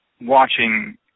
watching